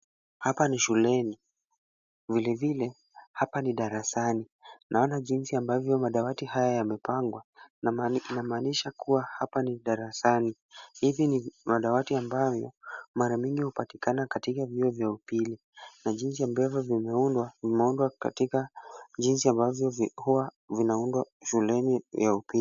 Hapa ni shuleni, vilevile hapa ni darasani. Naona jinsi ambavyo madawati haya yamepangwa inamaanisha kuwa hapa ni darasani. Hivi ni madawati ambavyo mara mingi hupatikana katika vyuo vya upili na jinsi ambavyo vimeundwa, vimeundwa katika jinsi ambavyo vilikuwa vinaundwa shuleni ya upili.